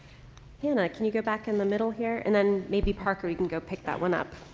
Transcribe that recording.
hannah, can you go back in the middle here? and then maybe parker you can go pick that one up